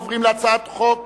אנחנו עוברים להצעת חוק